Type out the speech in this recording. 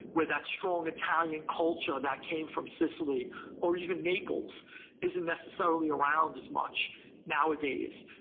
where that strong italian culture that came from sicily or even naples isn't necessarily around as much nowadays.